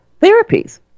therapies